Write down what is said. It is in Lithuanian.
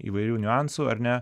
įvairių niuansų ar ne